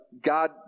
God